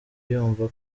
yumva